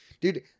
dude